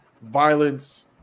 violence